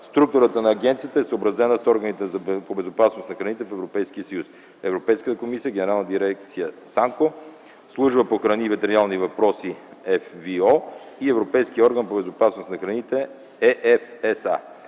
Структурата на агенцията е съобразена с органите по безопасност на храните в Европейския съюз, Европейската комисия, Генерална дирекция САНКО, Служба по храни и ветеринарни въпроси (FVO) и европейския орган по безопасност на храните